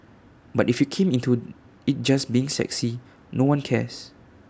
but if you come into IT just being sexy no one cares